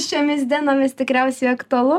šiomis dienomis tikriausiai aktualu